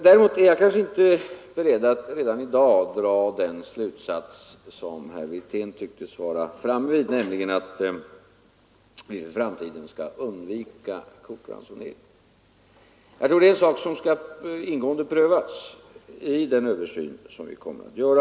Däremot är jag inte beredd att redan i dag dra den slutsats som herr Wirtén tycktes vara framme vid, nämligen att vi i framtiden skall undvika kortransonering. Det tror jag är något som skall ingående prövas vid den översyn som vi kommer att göra.